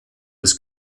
des